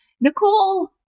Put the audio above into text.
Nicole